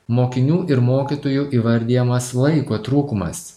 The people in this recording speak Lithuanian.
mokinių ir mokytojų įvardijamas laiko trūkumas